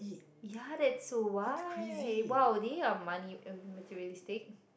yeah that's so why !wow! they are money materialistic